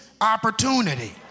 opportunity